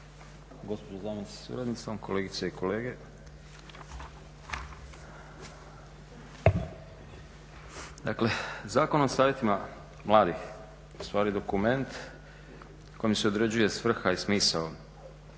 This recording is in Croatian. gospođo zamjenice sa suradnicom, kolegice i kolege. Dakle, Zakon o Savjetima mladih je u stvari dokument kojim se određuje svrha i smisao